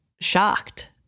shocked